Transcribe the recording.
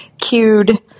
cued